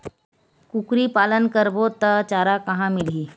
कुकरी पालन करबो त चारा कहां मिलही?